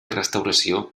restauració